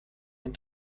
den